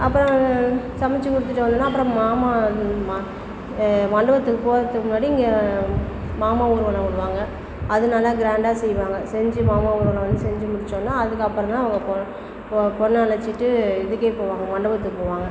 அப்புறம் சமச்சி கொடுத்துட்டு வந்தோடன்னா அப்புறம் மாமா மா மண்டபத்துக்கு போகிறதுக்கு முன்னாடி இங்கே மாமா ஊர்வலம் விடுவாங்க அது நல்லா க்ராண்டாக செய்வாங்க செஞ்சு மாமா ஊர்வலம் வந்து செஞ்சு முடிச்சோடன்ன அதுக்கப்புறந்தான் அவங்க போகணும் போ பொண்ணை அழைச்சிகிட்டு இதுக்கே போவாங்க மண்டபத்துக்கு போவாங்க